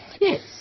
Yes